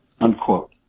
unquote